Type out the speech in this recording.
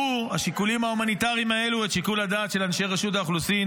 השיקולים ההומניטריים האלו אפשרו שיקול דעת לאנשי רשות האוכלוסין